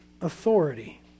authority